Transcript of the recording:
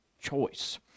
choice